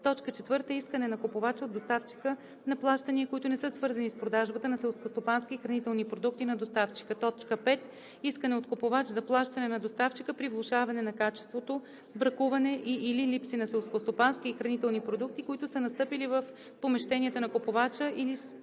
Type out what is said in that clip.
в чл. 37в; 4. искане на купувача от доставчика на плащания, които не са свързани с продажбата на селскостопански и хранителни продукти на доставчика; 5. искане от купувач за плащане от доставчика при влошаване на качеството, бракуване и/или липси на селскостопански и хранителни продукти, които са настъпили в помещенията на купувача или след